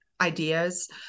ideas